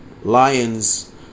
lions